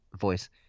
voice